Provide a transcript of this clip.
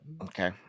Okay